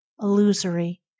illusory